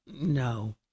No